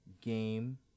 game